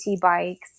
bikes